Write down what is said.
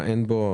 מה אין בו?